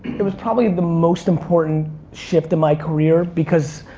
it was probably the most important shift in my career because,